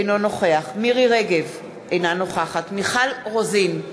אינו נוכח מירי רגב, אינה נוכחת מיכל רוזין,